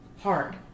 hard